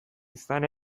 izan